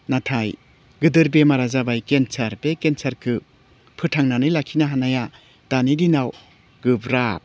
नाथाय गोदोर बेमारा जाबाय केन्सार बे केन्सारखौ फोथांनानै लाखिनो हानाया दानि दिनाव गोब्राब